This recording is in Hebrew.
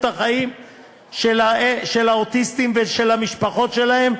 החיים של האוטיסטים ושל המשפחות שלהם,